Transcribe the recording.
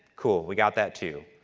cool, we got that too.